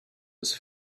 his